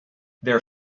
their